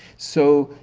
so,